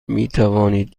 میتوانید